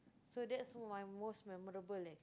so that's my most memorable leh